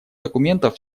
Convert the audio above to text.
документов